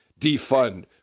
defund